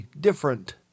different